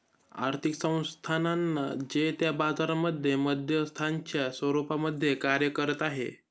आर्थिक संस्थानांना जे त्या बाजारांमध्ये मध्यस्थांच्या रूपामध्ये कार्य करत आहे